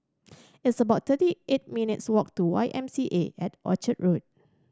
it's about thirty eight minutes' walk to Y M C A at at Orchard Road